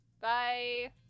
Bye